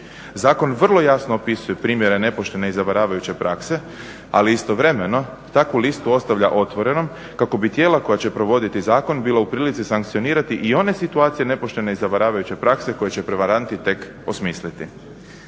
Zakon vrlo jasno opisuje primjere nepoštene i zavaravajuće prakse ali istovremeno takvu listu ostavlja otvorenom kako bi tijela koja će provoditi zakon bilo u prilici sankcionirati i one situacije nepoštene i zavaravajuće prakse koje će prevaranti tek osmisliti.